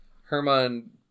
Herman